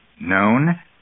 known